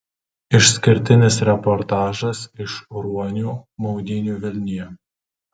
išskirtinis reportažas iš ruonių maudynių vilniuje